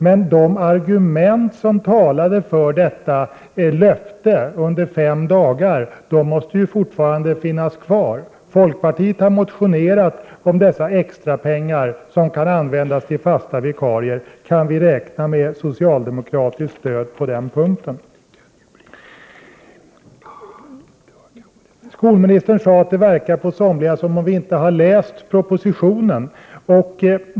De argument som talade för detta löfte under fem dagar måste ändå finnas kvar. Folkpartiet har motionerat om extrapengar som kan användas till fasta vikarier. Kan vi räkna med ett socialdemokratiskt stöd på den punkten? Skolministern sade att det verkar som om somliga av oss inte har läst propositionen.